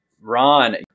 Ron